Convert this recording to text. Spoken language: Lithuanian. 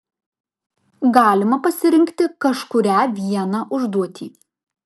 galima pasirinkti kažkurią vieną užduotį